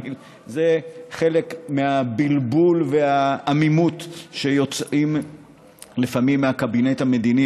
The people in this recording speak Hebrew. זה חלק מהבלבול והעמימות שיוצאים לפעמים מהקבינט המדיני,